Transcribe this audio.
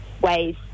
ways